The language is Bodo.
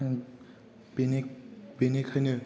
बेनिखायनो